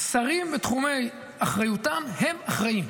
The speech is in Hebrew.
שרים בתחומי אחריותם הם אחראים.